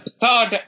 third